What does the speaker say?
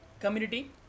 community